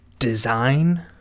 design